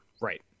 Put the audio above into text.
Right